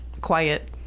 quiet